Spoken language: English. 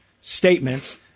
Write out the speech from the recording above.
statements